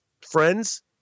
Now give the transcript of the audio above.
Friends